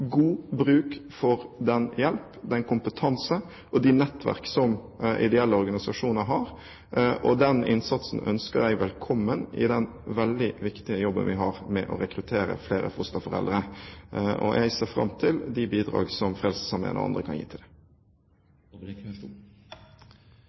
god bruk for den hjelp, den kompetanse og de nettverk som ideelle organisasjoner har. Den innsatsen ønsker jeg velkommen i den veldig viktige jobben vi har med å rekruttere flere fosterforeldre. Jeg ser fram til de bidrag som Frelsesarmeen og andre kan gi til det.